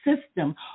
system